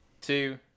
two